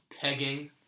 Pegging